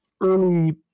early